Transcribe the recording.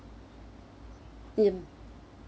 in